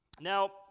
Now